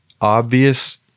obvious